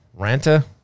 Ranta